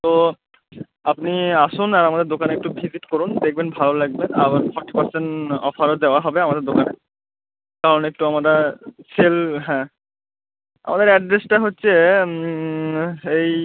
তো আপনি আসুন আর আমাদের দোকানে একটু ভিজিট করুন দেখবেন ভালো লাগবে আবার ফরটি পার্সেন্ট অফারও দেওয়া হবে আমাদের দোকানে কারণ একটু আমরা সেল হ্যাঁ আমাদের অ্যাড্রেসটা হচ্ছে এই